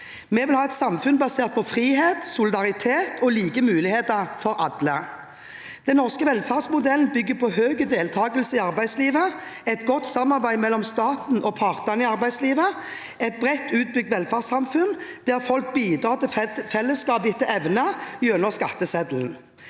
Vi vil ha et samfunn basert på frihet, solidaritet og like muligheter for alle. Den norske velferdsmodellen bygger på høy deltakelse i arbeidslivet, et godt samarbeid mellom staten og partene i arbeidslivet og et bredt utbygd velferdssamfunn, der folk bidrar til fellesskapet etter evne gjennom skatteseddelen.